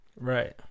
Right